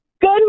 Good